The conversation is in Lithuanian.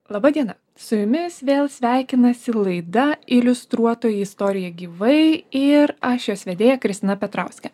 laba diena su jumis vėl sveikinasi laida iliustruotoji istorija gyvai ir aš jos vedėja kristina petrauskė